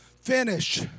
finish